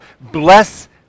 bless